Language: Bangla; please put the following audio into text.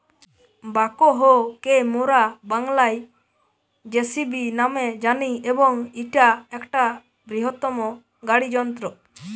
ব্যাকহো কে মোরা বাংলায় যেসিবি ন্যামে জানি এবং ইটা একটা বৃহত্তম গাড়ি যন্ত্র